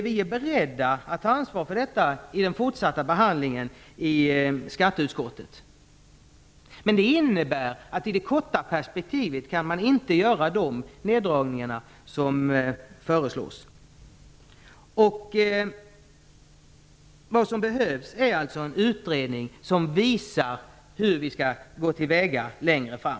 Vi är beredda att ta ansvar för detta vid den fortsatta behandlingen i skatteutskottet, men det innebär att man i det korta perspektivet inte kan göra de neddragningar som föreslås. Vad som behövs är alltså en utredning som visar hur vi skall gå till väga längre fram.